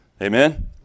Amen